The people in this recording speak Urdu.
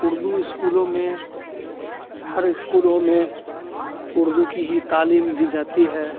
اردو اسکولوں میں ہر اسکولوں میں اردو کی ہی تعلیم دی جاتی ہے